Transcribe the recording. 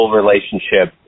relationship